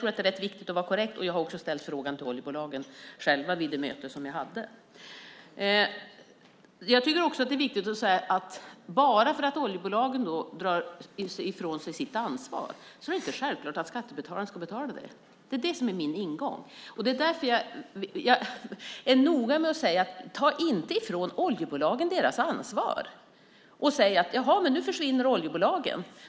Det är viktigt att vara korrekt, och jag har ställt frågan till oljebolagen själva vid det möte som jag hade. För det andra är det viktigt att säga att bara för att oljebolagen drar sig undan sitt ansvar är det inte självklart att skattebetalarna ska betala. Det är det som är min ingång. Det är därför jag är noga med att säga: Ta inte ifrån oljebolagen deras ansvar! Säg inte: Jaha, nu försvinner oljebolagen.